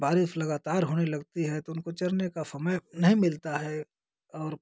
बारिश लगातार होने लगती है तो उनको चरने का समय नहीं मिलता है और